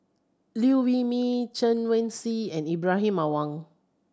Liew Wee Mee Chen Wen Hsi and Ibrahim Awang